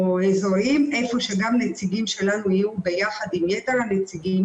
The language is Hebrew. אזוריים איפה שגם נציגים שלנו יהיו ביחד עם יתר הנציגים.